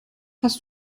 hast